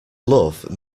love